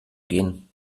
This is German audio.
gehen